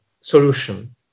solution